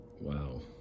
wow